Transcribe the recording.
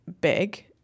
big